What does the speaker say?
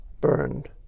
burned